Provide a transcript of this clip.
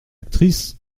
actrices